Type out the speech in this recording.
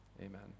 Amen